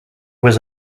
was